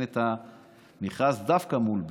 אין את המכרז דווקא מול בזק,